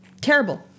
terrible